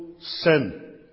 sin